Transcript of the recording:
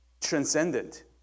transcendent